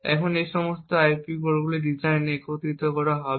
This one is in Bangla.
এখন এই সমস্ত আইপি কোরগুলি ডিজাইনে একত্রিত হবে